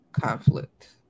conflict